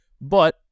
But-